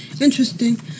Interesting